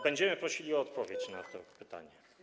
Będziemy prosili o odpowiedź na to pytanie.